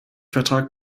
vertrag